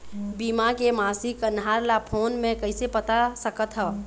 बीमा के मासिक कन्हार ला फ़ोन मे कइसे पता सकत ह?